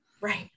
Right